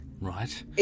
right